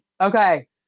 Okay